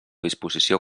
disposició